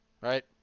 right